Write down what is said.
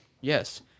Yes